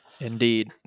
Indeed